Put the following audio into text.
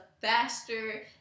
faster